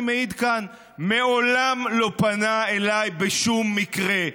אני מעיד כאן: מעולם לא פנה אליי בשום מקרה,